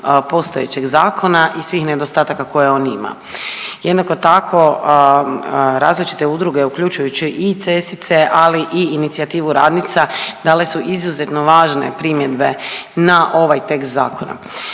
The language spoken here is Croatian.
postojećeg zakona i svih nedostataka koje on ima. Jednako tako, različite udruge, uključujući i CESIce, ali i inicijativu radnica, dale su izuzetno važne primjedbe na ovaj tekst zakona.